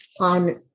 on